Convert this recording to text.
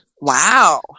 wow